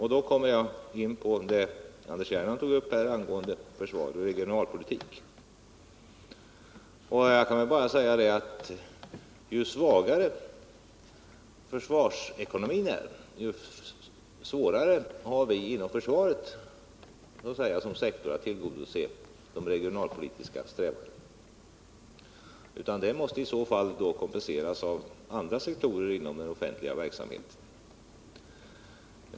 Här kommer jag in på vad Anders Gernandt tog upp angående försvar och regionalpolitik. Jag kan bara säga att ju svagare försvarsekonomin är, desto svårare har vi inom försvarssektorn att tillgodose de regionalpolitiska strävandena. Det måste i så fall kompenseras av andra sektorer inom den offentliga verksamheten.